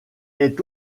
est